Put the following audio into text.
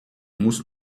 muss